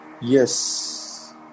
Yes